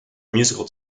musical